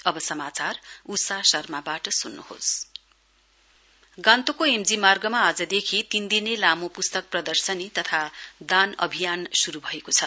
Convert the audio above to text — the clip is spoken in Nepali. book fair Gangtok M G मार्गमा आजदेखि तीन दिने लामो पुस्तक प्रदर्शनी तथा दान अभियान शुरु भएको छ